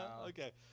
Okay